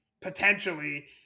potentially